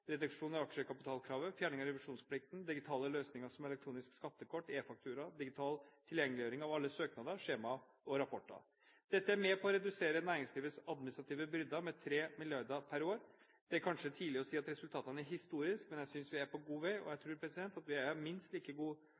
reduksjon i aksjekapitalkravet, fjerning av revisjonsplikten, digitale løsninger, som f.eks. elektronisk skattekort og e-faktura, og digital tilgjengeliggjøring av alle søknader, skjemaer og rapporter. Dette er med på å redusere næringslivets administrative byrder med 3 mrd. kr per år. Det er kanskje tidlig å si at resultatene er historiske, men jeg synes vi er på god vei. Og jeg tror at vi minst er på like